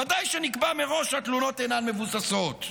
ודאי שנקבע מראש שהתלונות אינן מבוססות.